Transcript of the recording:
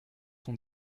sont